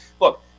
Look